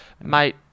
Mate